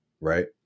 right